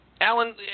alan